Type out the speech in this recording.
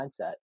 mindset